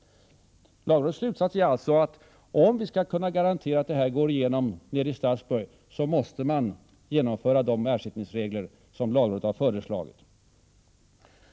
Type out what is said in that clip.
Lagrådets slutsats är alltså att om man skall kunna garantera att detta går igenom nere i Strasbourg, då måste man genomföra de ersättningsregler som lagrådet föreslagit.